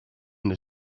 then